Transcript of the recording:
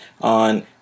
on